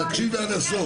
כשיש לכם בעיות